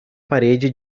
parede